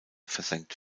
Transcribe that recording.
versenkt